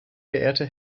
geehrte